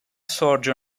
sorge